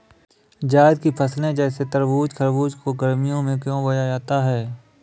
जायद की फसले जैसे तरबूज़ खरबूज को गर्मियों में क्यो बोया जाता है?